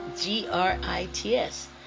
G-R-I-T-S